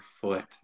foot